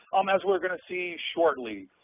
um as we're going to see shortly,